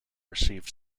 received